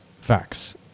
Facts